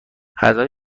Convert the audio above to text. غذای